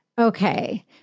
Okay